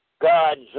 gods